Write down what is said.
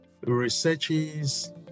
researches